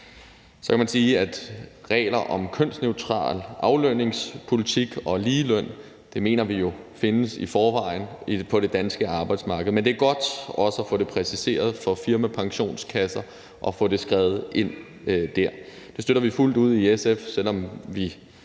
at vi mener, at regler om kønsneutral aflønningspolitik og ligeløn findes i forvejen på det danske arbejdsmarked. Men det er godt også at få det præciseret for firmapensionskasser og få det skrevet ind dér. Det støtter vi fuldt ud i SF, selv om vi